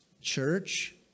church